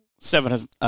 seven